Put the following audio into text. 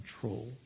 control